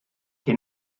que